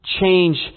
change